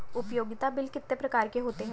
उपयोगिता बिल कितने प्रकार के होते हैं?